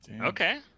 okay